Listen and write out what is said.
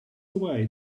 away